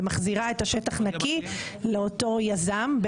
ומחזירה את השטח נקי לאותו יזם,